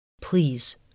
Please